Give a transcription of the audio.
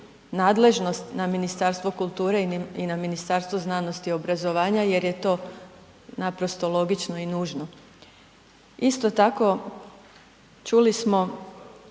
na Ministarstvo kulture i na Ministarstvo znanosti i obrazovanja jer je to naprosto logično i nužno. Isto tako, čuli smo